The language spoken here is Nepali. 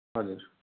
हजुर